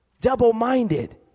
double-minded